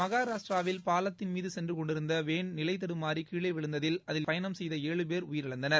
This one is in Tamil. மகாராஷ்டிராவில் பாலத்தின் மீது சென்று கொண்டிருந்த வேன் நிலைதடுமாநி கீழே விழுந்ததில் அதில் பயணம் செய்த ஏழு பேர் உயிரிழந்தனர்